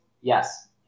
Yes